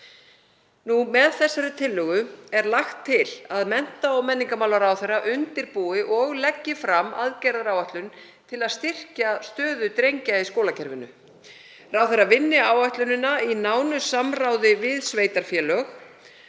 tillögu þessari er lagt til að mennta- og menningarmálaráðherra undirbúi og leggi fram aðgerðaáætlun til að styrkja stöðu drengja í skólakerfinu. Ráðherra vinni áætlunina í nánu samráði við sveitarfélög,